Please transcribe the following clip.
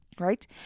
Right